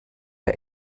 der